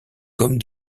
comme